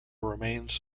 remains